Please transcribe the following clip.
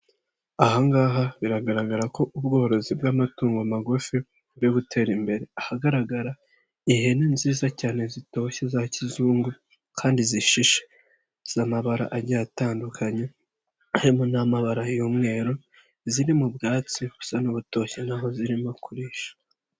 Aha ngaha biragaragara ko ubworozi bw'amatungo magufi buri gutera imbere, ahagaragara ihene nziza cyane zitoshye za kizungu kandi zishishe z'amabara agiye atandukanye harimo n'amabara y'umweru, ziri mu bwatsi busa n'ubutoshye nkaho zirimo kurisha.